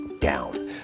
down